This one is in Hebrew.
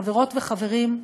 חברות וחברים,